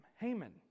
Haman